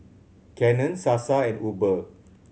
Canon Sasa and Uber